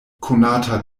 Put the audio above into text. konata